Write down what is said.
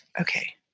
Okay